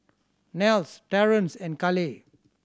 Nels Terrence and Kaleigh